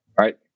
right